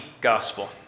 gospel